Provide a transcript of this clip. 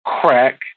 crack